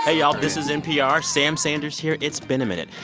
ah y'all. this is npr. sam sanders here. it's been a minute.